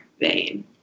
vein